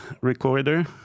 recorder